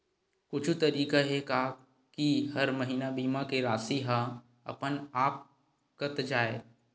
कुछु तरीका हे का कि हर महीना बीमा के राशि हा अपन आप कत जाय?